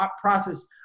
process